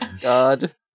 God